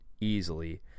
easily